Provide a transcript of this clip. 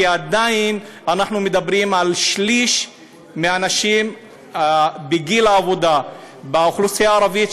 כי עדיין אנחנו מדברים על שליש מהאנשים בגיל העבודה באוכלוסייה הערבית,